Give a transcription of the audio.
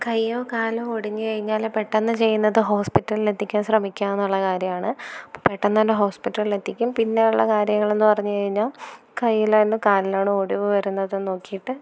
കയ്യോ കാലോ ഒടിഞ്ഞ് കഴിഞ്ഞാല് പെട്ടന്ന് ചെയ്യ്ന്നത് ഹോസ്പിറ്റല്ലെത്തിക്കാന് ശ്രമിക്കുക എന്നുള്ള കാര്യമാണ് അപ്പം പെട്ടെന്ന് തന്നെ ഹോസ്പിറ്റല്ലെത്തിക്കും പിന്നെ ഉള്ള കാര്യങ്ങളെന്ന് പറഞ്ഞ് കഴിഞ്ഞാൽ കയ്യിലാണോ കാലിലാണോ ഒടിവ് വരുന്നതെന്ന് നോക്കിയിട്ട്